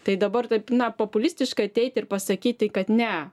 tai dabar taip na populistiškai ateiti ir pasakyti kad ne